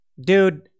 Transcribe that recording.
Dude